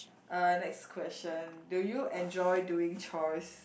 uh next question do you enjoy doing chores